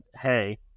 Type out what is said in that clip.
Hey